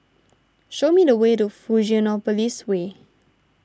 show me the way to Fusionopolis Way